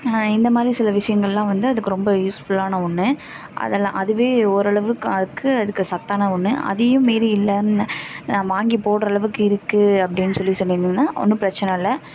இந்த மாதிரி சில விஷயங்கள்லாம் வந்து அதுக்கு ரொம்ப யூஸ்ஃபுல்லான ஒன்று அதெல்லாம் அதுவே ஓரளவுக்காக்கு அதுக்கு சத்தான ஒன்று அதையும் மீறி இல்லைன்னு நான் வாங்கிப் போடுற அளவுக்கு இருக்குது அப்படின்னு சொல்லி சொல்லிருந்திங்கன்னா ஒன்றும் பிரச்சனை இல்லை